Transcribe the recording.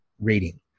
rating